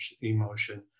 emotion